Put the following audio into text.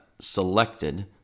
selected